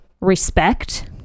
respect